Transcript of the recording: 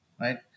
right